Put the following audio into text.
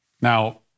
Now